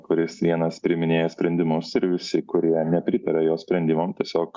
kuris vienas priiminėja sprendimus ir visi kurie nepritaria jo sprendimam tiesiog